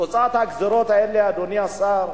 תוצאת הגזירות האלה, אדוני השר,